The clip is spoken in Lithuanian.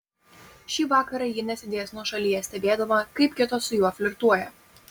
šį vakarą ji nesėdės nuošalyje stebėdama kaip kitos su juo flirtuoja